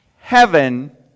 heaven